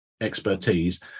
expertise